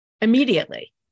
immediately